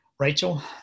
Rachel